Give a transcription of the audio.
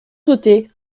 sautait